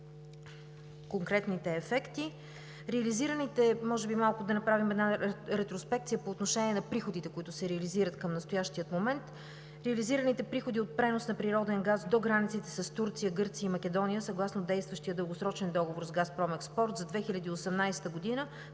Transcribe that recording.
конкретните ефекти. Може би за малко да направим една ретроспекция по отношение на приходите, които се реализират към настоящия момент. Реализираните приходи от пренос на природен газ до границите с Турция, Гърция и Македония съгласно действащия дългосрочен договор с „Газпром експорт“ за 2018 г. са